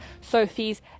Sophie's